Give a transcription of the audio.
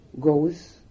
goes